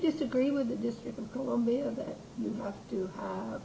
disagree with that